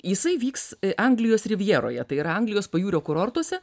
jisai vyks anglijos rivjeroje tai yra anglijos pajūrio kurortuose